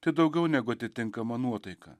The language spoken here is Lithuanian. tai daugiau negu atitinkama nuotaika